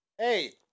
Hey